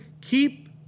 Keep